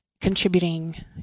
contributing